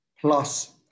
plus